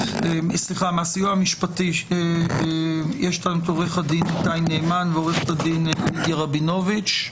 מהסיוע המשפטי עורך הדין איתי נעמן ועורכת הדין לידיה רבינוביץ.